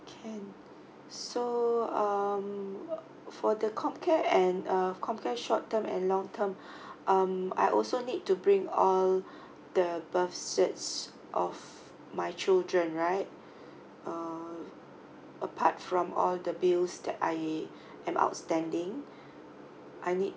can so um for the homecare and uh homecare short term and long term um I also need to bring all the birth certs of my children right err apart from all the bills that I am outstanding I need